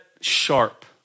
sharp